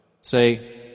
Say